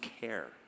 care